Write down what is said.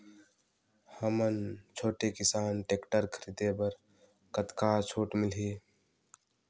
हमन छोटे किसान टेक्टर खरीदे बर कतका छूट मिलही?